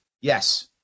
Yes